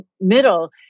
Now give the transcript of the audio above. middle